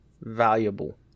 valuable